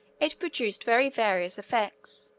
it produced very various effects,